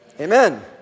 Amen